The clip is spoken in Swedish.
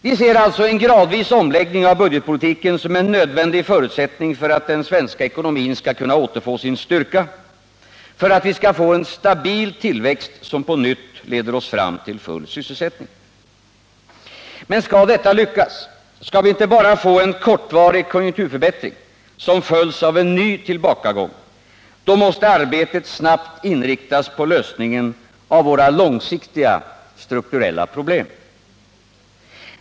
Vi ser alltså en gradvis omläggning av budgetpolitiken som en nödvändig förutsättning för att den svenska ekonomin skall kunna återfå sin styrka, för att vi skall få en stabil tillväxt som på nytt leder oss fram till full sysselsättning. Men skall detta lyckas, skall vi inte bara få en kortvarig konjunkturförbättring, som följs av en ny tillbakagång, måste arbetet snabbt inriktas på lösningen av våra långsiktiga, strukturella problem.